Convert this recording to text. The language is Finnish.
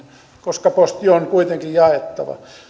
koska posti on kuitenkin jaettava